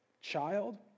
child